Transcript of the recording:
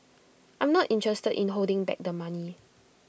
I'm not interested in holding back the money